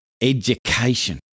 education